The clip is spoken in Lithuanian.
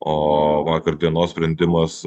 o vakar dienos sprendimas